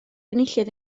enillydd